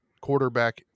quarterback